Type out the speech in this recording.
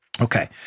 Okay